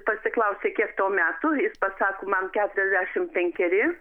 pasiklausia kiek tau metų jis pasako man keturiasdešimt penkeri